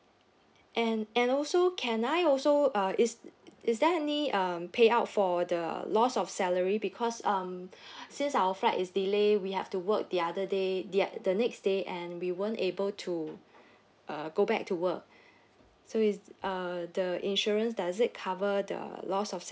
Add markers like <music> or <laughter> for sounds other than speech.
and and also can I also uh is is there any um payout for the loss of salary because um <breath> since our flight is delay we have to work the other day the o~ the next day and we weren't able to uh go back to work so is uh the insurance does it cover the loss of